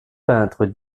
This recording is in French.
peintre